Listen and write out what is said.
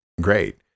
Great